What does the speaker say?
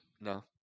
No